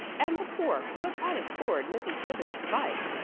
and the poor but honest board mrs. smithers provides,